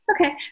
okay